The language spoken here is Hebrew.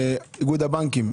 איגוד הבנקים,